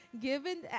given